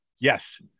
yes